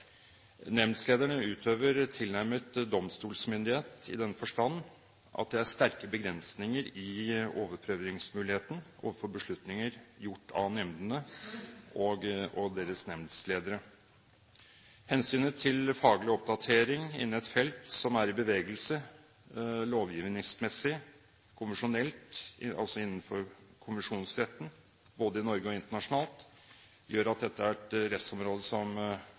utøver tilnærmet domstolmyndighet i den forstand at det er sterke begrensninger i overprøvingsmuligheten overfor beslutninger gjort av nemndene og nemndlederne. Hensynet til faglig oppdatering innen et felt som er i bevegelse lovgivningsmessig, konvensjonelt – altså innenfor konvensjonsretten – både i Norge og internasjonalt, gjør at dette er et rettsområde som